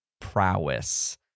Prowess